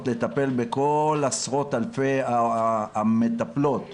לטפל בכל עשרות אלפי המטפלות והמטפלים,